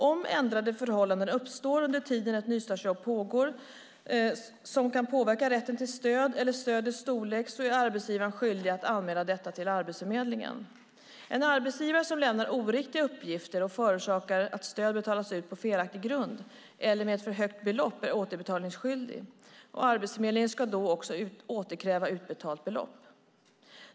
Om ändrade förhållanden som kan påverka rätten till stöd eller stödets storlek uppstår under tiden som nystartsjobbet pågår är arbetsgivaren skyldig att anmäla detta till Arbetsförmedlingen. En arbetsgivare som lämnar oriktiga uppgifter och förorsakar att stöd betalats ut på felaktig grund eller med för högt belopp är återbetalningsskyldig, och Arbetsförmedlingen ska då också återkräva utbetalt belopp.